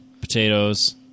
potatoes